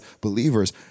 believers